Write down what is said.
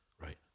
Right